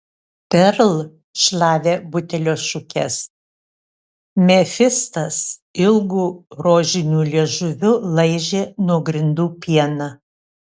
perl šlavė butelio šukes mefistas ilgu rožiniu liežuviu laižė nuo grindų pieną